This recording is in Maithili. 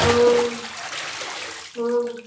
हँ हँ